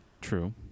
True